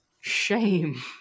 Shame